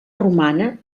romana